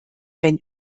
wenn